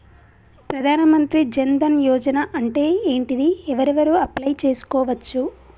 ప్రధాన మంత్రి జన్ ధన్ యోజన అంటే ఏంటిది? ఎవరెవరు అప్లయ్ చేస్కోవచ్చు?